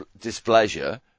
displeasure